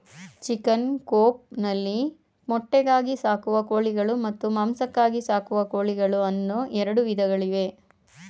chicken coop ನಲ್ಲಿ ಮೊಟ್ಟೆಗಾಗಿ ಸಾಕುವ ಕೋಳಿಗಳು ಮತ್ತು ಮಾಂಸಕ್ಕಾಗಿ ಸಾಕುವ ಕೋಳಿಗಳು ಅನ್ನೂ ಎರಡು ವಿಧಗಳಿವೆ